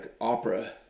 opera